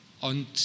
und